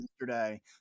yesterday